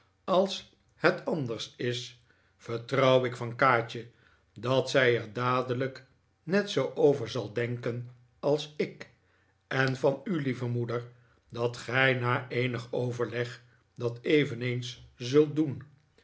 als het anders is vertrouw ik van kaatje dat zij er dadelijk net zoo over zal denken als ik en van u lieve moeder dat gij na eenig overleg dat eveneens zult doen